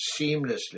seamlessly